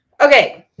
Okay